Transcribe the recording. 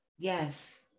Yes